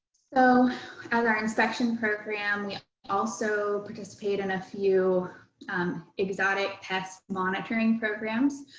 so at our inspection program, we also participate in a few exotic pests monitoring programs.